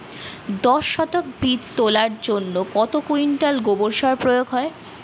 দশ শতক বীজ তলার জন্য কত কুইন্টাল গোবর সার প্রয়োগ হয়?